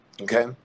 Okay